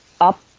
up